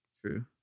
true